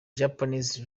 japanese